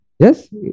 Yes